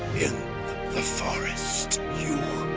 in the forest. you,